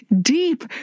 deep